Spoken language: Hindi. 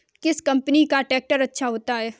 किस कंपनी का ट्रैक्टर अच्छा होता है?